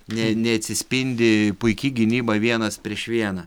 ne neatsispindi puiki gynyba vienas prieš vieną